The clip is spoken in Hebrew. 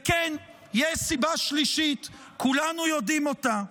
וכן, יש סיבה שלישית, כולנו יודעים אותה,